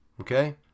okay